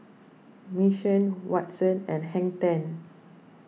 Mission Watsons and Hang ten